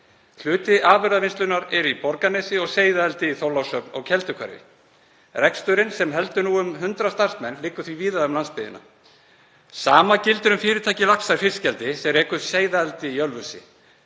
Hluti afurðavinnslunnar er í Borgarnesi og seiðaeldi er í Þorlákshöfn og Kelduhverfi. Reksturinn, sem heldur nú um 100 starfsmenn, liggur því víða um landsbyggðina. Sama gildir um fyrirtækið Laxa fiskeldi, sem rekur seiðaeldi í Ölfusi